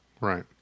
Right